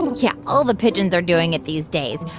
yeah, all the pigeons are doing it these days.